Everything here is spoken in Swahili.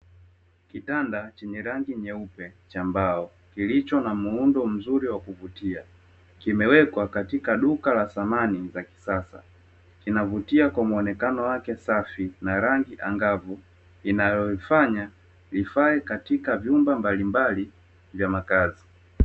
Kitanda chenye rangi nyeupe cha mbao kilicho na muundo mzuri wa kuvutia, kimewekwa katika duka la samani za kisasa, kinavutia kwa muonekano wake safi na rangi angavu inayoifanya ifae katika vyumba mbalimbali vya makazi.